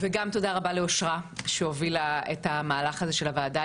וגם תודה רבה לאושרה שהובילה את המהלך הזה של הוועדה.